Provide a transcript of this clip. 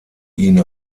ihn